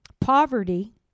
Poverty